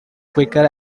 quicker